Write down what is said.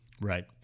Right